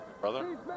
brother